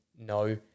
No